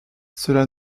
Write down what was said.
cela